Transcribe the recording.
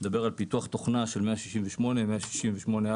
הוא מדבר על פיתוח תוכנה של 168, 168א,